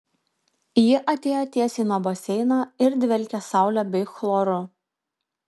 ji atėjo tiesiai nuo baseino ir dvelkė saule bei chloru